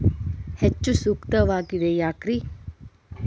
ಹೆಚ್ಚು ಸೂಕ್ತವಾಗಿದೆ ಯಾಕ್ರಿ?